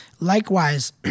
Likewise